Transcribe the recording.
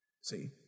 See